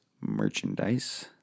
merchandise